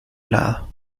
lado